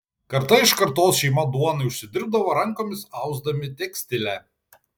karta iš kartos šeima duonai užsidirbdavo rankomis ausdami tekstilę